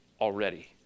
already